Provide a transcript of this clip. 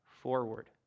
forward